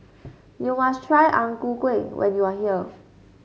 you must try Ang Ku Kueh when you are here